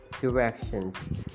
directions